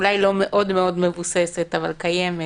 אולי לא מאוד מאוד מבוססת, אבל קיימת,